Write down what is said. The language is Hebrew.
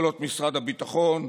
ואת יכולות משרד הביטחון,